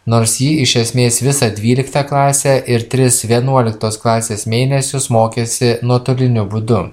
nors ji iš esmės visą dvyliktą klasę ir tris vienuoliktos klasės mėnesius mokėsi nuotoliniu būdu